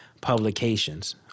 publications